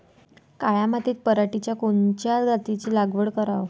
काळ्या मातीत पराटीच्या कोनच्या जातीची लागवड कराव?